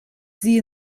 sie